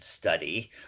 study